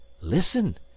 listen